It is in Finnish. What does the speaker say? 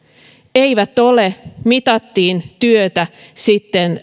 eivät ole mitattiin työtä sitten